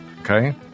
Okay